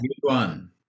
one